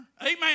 Amen